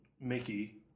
Mickey